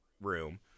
room